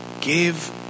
give